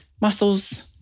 Muscles